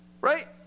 Right